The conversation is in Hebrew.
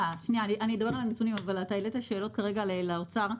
אדבר על הנתונים, אבל הצגת כעת שאלות למשרד האוצר.